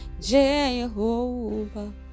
Jehovah